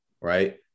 right